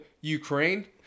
Ukraine